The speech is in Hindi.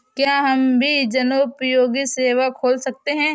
क्या हम भी जनोपयोगी सेवा खोल सकते हैं?